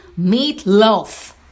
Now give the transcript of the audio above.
meatloaf